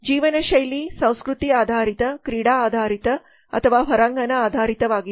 ಜೀವನಶೈಲಿ ಸಂಸ್ಕೃತಿ ಆಧಾರಿತ ಕ್ರೀಡಾ ಆಧಾರಿತ ಅಥವಾ ಹೊರಾಂಗಣ ಆಧಾರಿತವಾಗಿದೆ